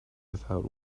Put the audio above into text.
without